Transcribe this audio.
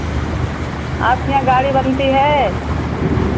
आपके यहाँ गाड़ी बनती है